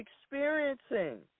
experiencing